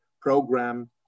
program